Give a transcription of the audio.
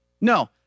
No